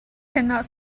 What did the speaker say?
cannot